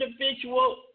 individual